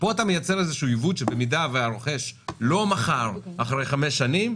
כאן אתה מייצר איזשהו עיוות שבמידה והרוכש לא מכר אחרי חמש שנים,